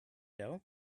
doe